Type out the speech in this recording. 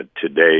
today